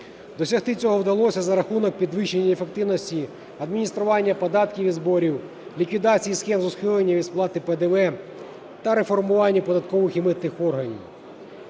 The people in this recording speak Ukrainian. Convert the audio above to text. Досягти цього вдалося за рахунок підвищення ефективності адміністрування податків і зборів, ліквідації схем з ухилення від сплати ПДВ та реформування податкових і митних органів.